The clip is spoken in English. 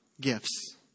gifts